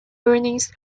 earnings